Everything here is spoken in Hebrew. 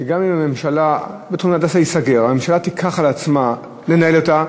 שגם אם בית-חולים "הדסה" ייסגר והממשלה תיקח על עצמה לנהל אותו,